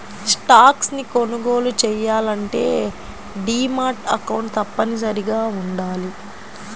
stocks ని కొనుగోలు చెయ్యాలంటే డీమాట్ అకౌంట్ తప్పనిసరిగా వుండాలి